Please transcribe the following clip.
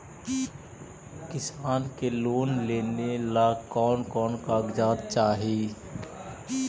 किसान के लोन लेने ला कोन कोन कागजात चाही?